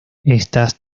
estas